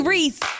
Reese